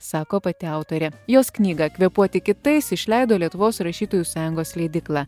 sako pati autorė jos knygą kvėpuoti kitais išleido lietuvos rašytojų sąjungos leidykla